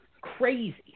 crazy